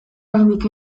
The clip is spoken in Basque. oraindik